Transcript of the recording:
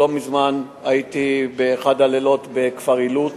לא מזמן הייתי באחד הלילות בכפר עילוט,